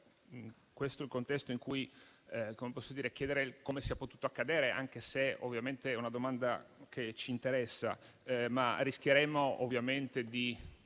questo il contesto in cui chiedere come sia potuto accadere, anche se ovviamente è una domanda che ci interessa; rischieremmo però di